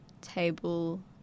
table